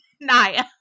Naya